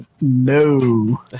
No